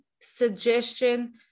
suggestion